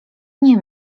nie